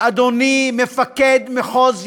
אדוני מפקד מחוז ירושלים,